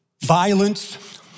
violence